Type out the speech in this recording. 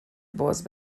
باز